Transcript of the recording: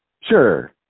Sure